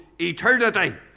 eternity